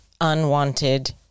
unwanted